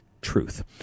truth